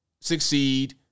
succeed